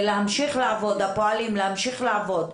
מהעובדים הפועלים להמשיך לעבוד,